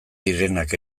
direnak